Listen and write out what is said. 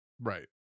right